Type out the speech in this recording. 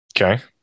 Okay